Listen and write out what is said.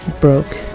broke